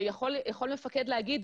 יכול מפקד להגיד,